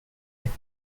nous